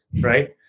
right